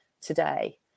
today